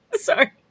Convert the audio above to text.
Sorry